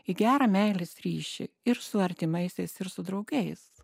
į gerą meilės ryšį ir su artimaisiais ir su draugais